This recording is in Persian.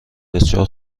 بسیار